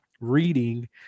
reading